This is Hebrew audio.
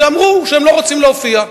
שאמרו שהם לא רוצים להופיע.